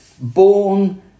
born